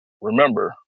Remember